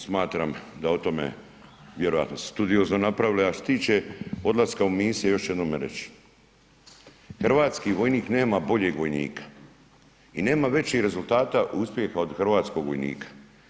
Smatram da o tome vjerojatno ste studiozno napravili, a što se tiče odlaska u misije još ću jednome reć, hrvatski vojnik nema boljeg vojnika i nema većih rezultata uspjeha od hrvatskog vojnika.